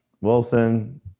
Wilson